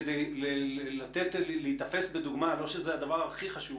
כדי להיתפס בדוגמה לא שזה הדבר הכי חשוב